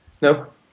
No